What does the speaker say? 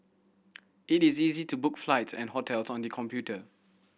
it is easy to book flights and hotel on the computer